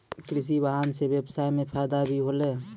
कृषि वाहन सें ब्यबसाय म फायदा भी होलै